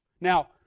Now